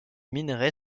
minerai